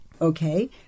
Okay